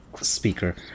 speaker